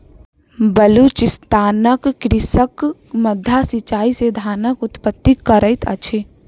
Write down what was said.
बलुचिस्तानक कृषक माद्दा सिचाई से धानक उत्पत्ति करैत अछि